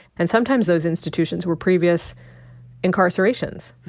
and sometimes those institutions were previous incarcerations.